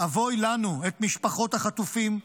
אבוי לנו, את משפחות החטופים.